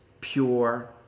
pure